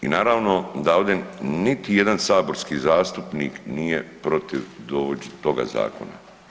I naravno da ovdje niti jedan saborski zastupnik nije protiv toga zakona.